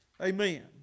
Amen